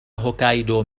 هوكايدو